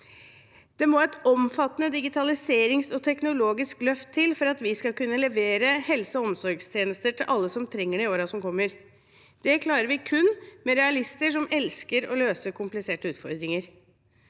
Det må et omfattende digitaliseringsløft og teknologisk løft til for at vi skal kunne levere helse- og omsorgstjenester til alle som trenger det, i årene som kommer. Det klarer vi kun med realister som elsker å løse kompliserte utfordringer.